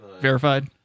Verified